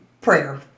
prayer